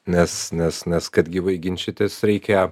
nes nes nes kad gyvai ginčytis reikia